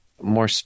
more